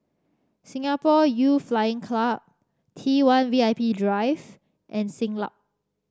Singapore Youth Flying Club T One V I P Drive and Siglap